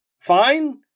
Fine